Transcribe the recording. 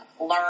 learn